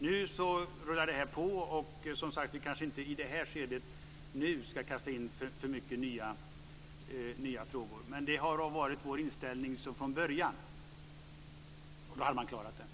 Nu rullar det här på, och i detta skede ska vi kanske som sagt inte kasta in så många nya frågor. Vi har dock haft den här inställningen från början, och om man hade startat då, hade man klarat detta.